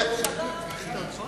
הכנסת וראש ממשלה שמאפשר דיון בכנסת.